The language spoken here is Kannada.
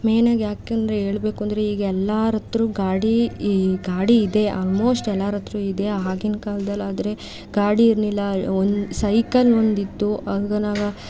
ಮೇನಾಗಿ ಯಾಕೆಂದರೆ ಹೇಳಬೇಕೆಂದ್ರೆ ಈಗ ಎಲ್ಲರ ಹತ್ರೂ ಗಾಡಿ ಈ ಗಾಡಿ ಇದೆ ಆಲ್ಮೋಸ್ಟ್ ಎಲ್ಲರ ಹತ್ರೂ ಇದೆ ಆಗಿನ ಕಾಲದಲ್ಲಾದ್ರೆ ಗಾಡಿ ಏನಿಲ್ಲ ಓನ್ ಸೈಕಲ್ ಒಂದಿತ್ತು ಆಗ ನಾವು